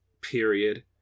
period